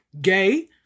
gay